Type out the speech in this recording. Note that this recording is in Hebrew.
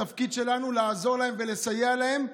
התפקיד שלנו לעזור להם ולסייע להם,